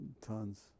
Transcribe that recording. Tons